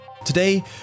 Today